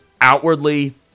outwardly